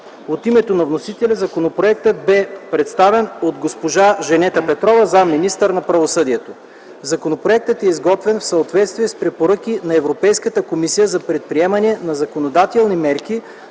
От името на вносителя законопроектът бе представен от госпожа Жанета Петрова – заместник-министър на правосъдието. Законопроектът е изготвен в съответствие с препоръки на Европейската комисия за предприемане на законодателни мерки